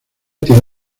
tiene